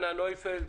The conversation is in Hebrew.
נויפלד,